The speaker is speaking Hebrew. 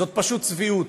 זאת פשוט צביעות.